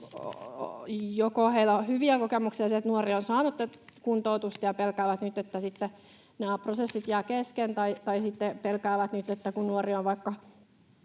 joko heillä on hyviä kokemuksia siitä, että nuori on saanut kuntoutusta, ja he pelkäävät nyt, että nämä prosessit jäävät kesken, tai sitten he pelkäävät, että kun nuori on vaikka